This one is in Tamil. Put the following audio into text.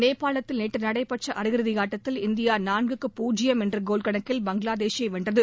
நேபாளத்தில் நேற்று நடைபெற்ற அரையிறுதி ஆட்டத்தில் இந்தியா நான்குக்கு பூஜ்ஜியம் என்ற கோல் கணக்கில் பங்களாதேஷை வென்றது